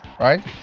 right